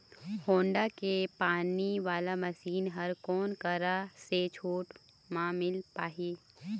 Honda के पानी वाला मशीन हर कोन करा से छूट म मिल पाही?